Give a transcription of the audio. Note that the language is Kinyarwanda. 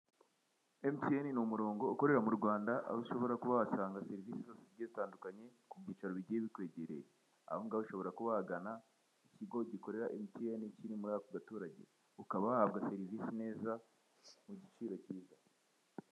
Emutiyeni ni umurongo ukorera mu Rwanda, aho ushobora kuba wahasanga serivise zigiye zikwegereye. Aho ngaho ushobora kuba wagana ikigo gikorera emutiyeni kiri muri ako gaturage ukaba wahabwa serivise neza ku giciro kiza.